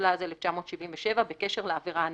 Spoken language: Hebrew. התשל"ז 1977, בקשר לעבירה הנחקרת".